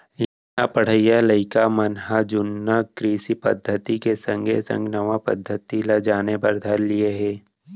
इहां पढ़इया लइका मन ह जुन्ना कृषि पद्धति के संगे संग नवा पद्धति ल जाने बर धर लिये हें